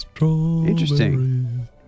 Interesting